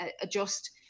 adjust